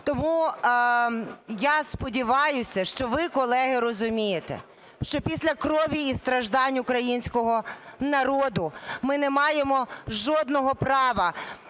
Тому я сподіваюся, що ви, колеги, розумієте, що після крові і страждань українського народу ми не маємо жодного права